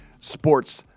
sports